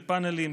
בפאנלים,